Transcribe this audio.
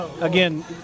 Again